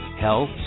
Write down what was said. health